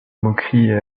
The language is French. moqueries